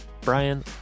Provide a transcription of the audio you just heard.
Brian